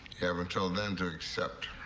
have until then to accept.